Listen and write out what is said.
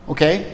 Okay